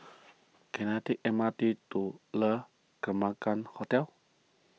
can I take M R T to Le Hotel